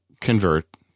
convert